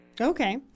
Okay